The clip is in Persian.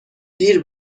دیر